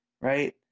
right